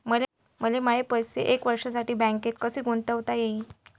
मले माये पैसे एक वर्षासाठी बँकेत कसे गुंतवता येईन?